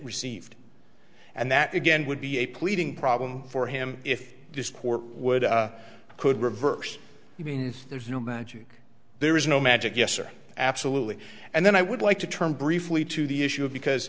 received and that again would be a pleading problem for him if this court would could reverse you know there's no magic there is no magic yes or absolutely and then i would like to turn briefly to the issue of because